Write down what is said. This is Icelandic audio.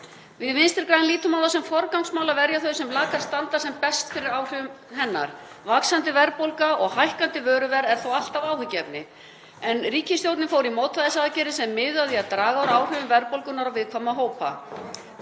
Við Vinstri græn lítum á það sem forgangsmál að verja þau sem lakast standa sem best fyrir áhrifum hennar. Vaxandi verðbólga og hækkandi vöruverð er þó alltaf áhyggjuefni en ríkisstjórnin fór í mótvægisaðgerðir sem miða að því að draga úr áhrifum verðbólgunnar á viðkvæma hópa.